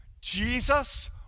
Jesus